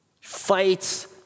Fights